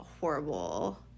horrible